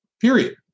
period